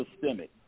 systemic